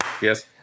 Yes